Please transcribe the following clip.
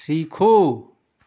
सीखो